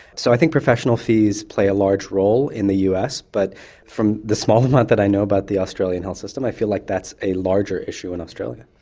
so i think professional fees play a large role in the us, but from the small amount that i know about the australian health system i feel like that's a larger issue in australia.